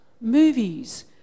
movies